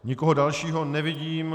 Nikoho dalšího nevidím.